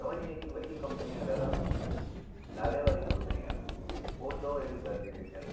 तव्हांजी हेॾी वॾी कंपनी आहे दादा नाले वारी कंपनी आहे पोइ छो अहिड़ियूं ग़लति थी थियनि